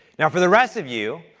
now, for the rest of you,